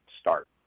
start